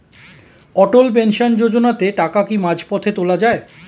অটল pension যোজনাতে টাকা কি মাঝপথে তোলা যায়?